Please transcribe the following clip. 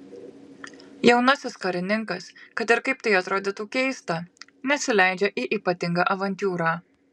jaunasis karininkas kad ir kaip tai atrodytų keista nesileidžia į ypatingą avantiūrą